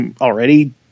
already